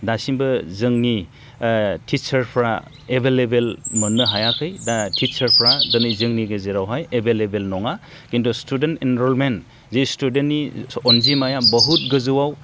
दासिमबो जोंनि टिचारफ्रा एभेलेबेल मोननो हायाखै दा टिचारफ्रा दिनै जोंनि गेजेरावहाय एभेलेबेल नङा खिन्थु स्टुडेन्ट इनरलमेन्ट जि स्टुडेन्टनि अनजिमाया बहुद गोजौआव